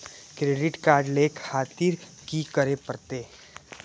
Credit card ले खातिर की करें परतें?